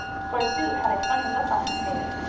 for sue had a funny look on her face.